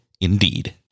Indeed